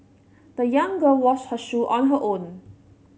the young girl washed her shoe on her own